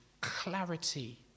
clarity